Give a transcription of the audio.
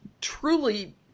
truly